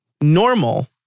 Normal